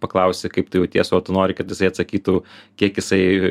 paklausi kaip tu jauties o tu nori kad jisai atsakytų kiek jisai